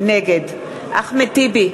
נגד אחמד טיבי,